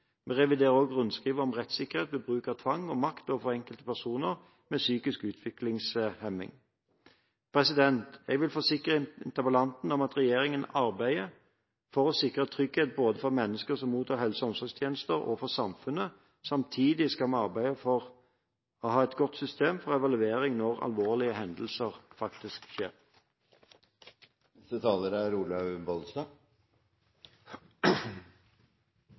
Vi reviderer også rundskrivet om rettssikkerhet ved bruk av tvang og makt overfor enkelte personer med psykisk utviklingshemming. Jeg vil forsikre interpellanten om at regjeringen arbeider for å sikre trygghet både for mennesker som mottar helse- og omsorgstjenester, og for samfunnet. Samtidig skal vi arbeide for å ha et godt system for evaluering når alvorlige hendelser faktisk skjer. Jeg er hjertens enig med statsråden i at det er